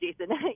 Jason